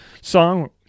song